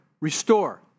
restore